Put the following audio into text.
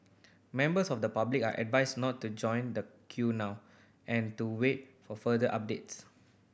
members of the public are advised not to join the queue now and to wait for further updates